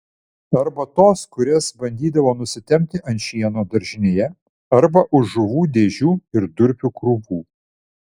arba tos kurias bandydavo nusitempti ant šieno daržinėje arba už žuvų dėžių ir durpių krūvų